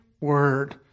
word